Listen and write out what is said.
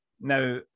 now